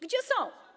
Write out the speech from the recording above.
Gdzie są?